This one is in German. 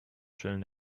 schälen